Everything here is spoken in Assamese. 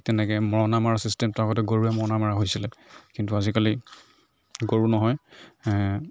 তেনেকৈ মৰণা মৰা চিষ্টেমটো আগতে গৰুৰে মৰণা মৰা হৈছিলে কিন্তু আজিকালি গৰু নহয়